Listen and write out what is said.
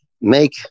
make